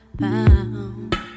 found